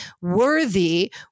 worthy